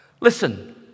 Listen